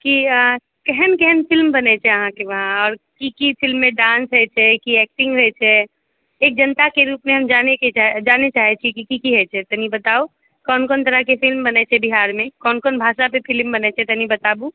की केहन केहन फिल्म बनैत छै अहाँके वहाँ आओर की की फिल्ममे डान्स होइत छै की एक्टिंग होइत छै एक जनताके रूपमे हम जानयके जानय चाहैत छी की की होइत छै कनि बताउ कोन कोन तरहके फिल्म बनैत छै बिहारमे कोन कोन भाषापे फिल्म बनैत छै कनी बताबू